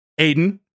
Aiden